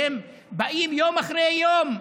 והם באים יום אחרי יום,